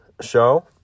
show